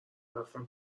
رفتم